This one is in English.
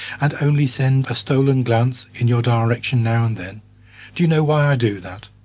and only send a stolen glance in your direction now and then do you know why i do that?